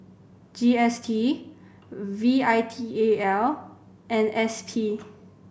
G S T V I T A L and S P